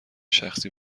شخصی